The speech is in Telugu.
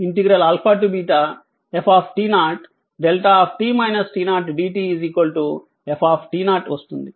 f δ dt f వస్తుంది